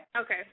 okay